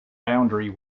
boundary